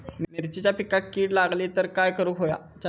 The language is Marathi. मिरचीच्या पिकांक कीड लागली तर काय करुक होया?